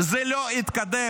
זה לא יתקדם.